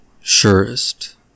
surest